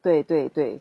对对对